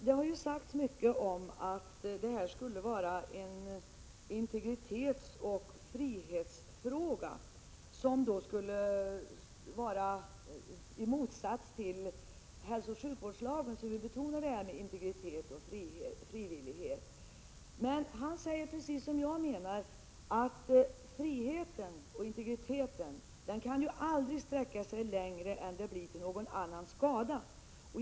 Det har sagts att det här skulle vara en integritetsoch frihetsfråga. I enlighet med hälsooch sjukvårdslagen vill man betona det här med integritet och frivillighet. Men Göran Sjödén säger precis som jag att friheten och integriteten aldrig kan sträcka sig längre än till någon annans skada.